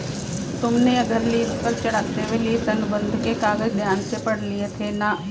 तुमने यह घर लीस पर चढ़ाते हुए लीस अनुबंध के कागज ध्यान से पढ़ लिए थे ना?